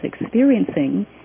experiencing